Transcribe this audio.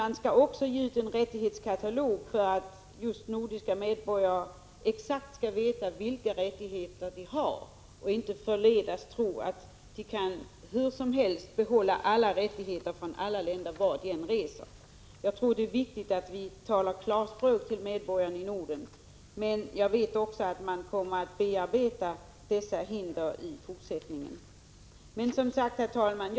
Man skall också ge ut en rättighetskatalog för att nordiska medborgare skall veta exakt vilka rättigheter de har och inte förledas tro att de behåller alla rättigheter vilket land de än reser till. Jag tror att det är viktigt att vi talar klarspråk till medborgarna i Norden. Herr talman!